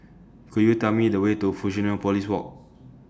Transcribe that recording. Could YOU Tell Me The Way to Fusionopolis Walk